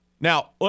Now